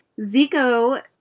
Zico